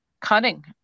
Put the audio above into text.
cutting